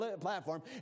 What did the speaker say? platform